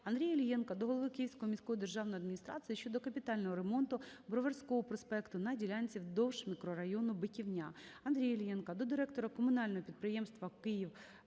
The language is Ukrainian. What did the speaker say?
Андрія Іллєнка до голови Київської міської державної адміністрації щодо капітального ремонту Броварського проспекту на ділянці вздовж мікрорайону Биківня. Андрія Іллєнка до директора комунального підприємства